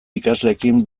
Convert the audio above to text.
ikasleekin